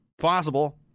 possible